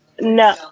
No